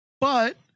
But-